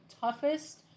toughest